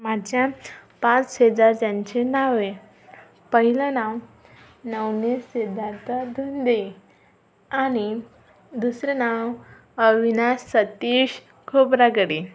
माझ्याच पाच शेजारच्यांची नावे पहिलं नाव नवनीत सिद्धार्थ धुंदे आणि दुसरं नाव अविनाश सतीश खोबरागडे